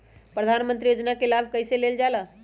प्रधानमंत्री योजना कि लाभ कइसे लेलजाला?